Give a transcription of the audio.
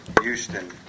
Houston